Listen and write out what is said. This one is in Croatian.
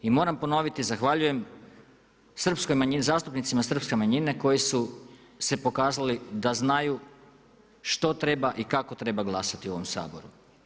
I moram ponoviti, zahvaljujem zastupnicima srpske manjine koji su se pokazali da znaju što treba i kako treba glasati u ovom Saboru.